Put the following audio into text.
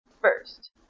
First